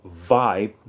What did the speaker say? vibe